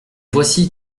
voici